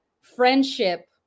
friendship